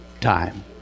time